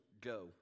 go